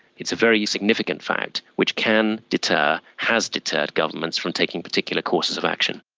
it's a very significant fact which can deter, has deterred, governments from taking particular courses of action.